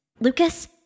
Lucas